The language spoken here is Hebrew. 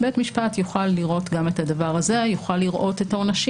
אז שבית המשפט יוכל לראות גם את הדבר הזה ויוכל לראות את העונשים